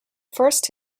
first